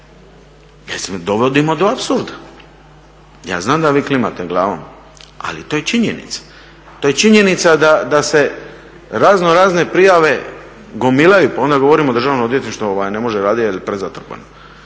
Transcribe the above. dovodimo do apsurda. Ja znam da vi klimate glavom ali to je činjenica, to je činjenica da se razno razne prijave gomilaju, pa onda govorimo državno odvjetništvo ne može raditi jer je prezatrpano.